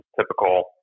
typical